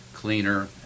cleaner